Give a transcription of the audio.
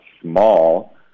small